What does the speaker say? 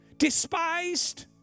despised